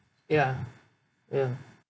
ya ya